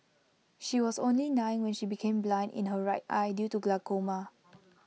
she was only nine when she became blind in her right eye due to glaucoma